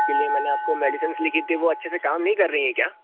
इसके लिए मैंने आपको मेडिसिन्स लिखी थी वो अच्छे से काम नहीं कर रही हैं क्या